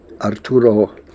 Arturo